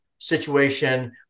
situation